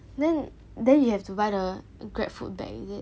then then you have to buy the grab food bag is it